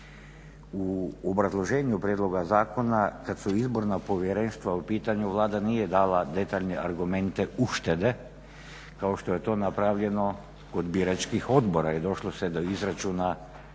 U obrazloženju prijedloga zakona kad su izborna povjerenstva u pitanju, Vlada nije dala detaljne argumente uštede kao što je to napravljeno kod biračkih odbora i došlo se do izračuna 13